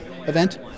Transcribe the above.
event